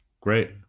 Great